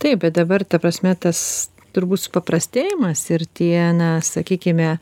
taip bet dabar ta prasme tas turbūt supaprastėjimas ir tie na sakykime